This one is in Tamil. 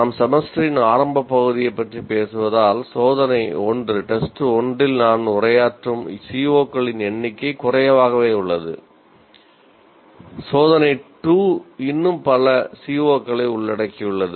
நாம் செமஸ்டரின் ஆரம்ப பகுதியைப் பற்றி பேசுவதால் சோதனை 1 இல் நான் உரையாற்றும் CO களின் எண்ணிக்கை குறைவாகவே உள்ளது சோதனை 2 இன்னும் பல CO களை உள்ளடக்கியுள்ளது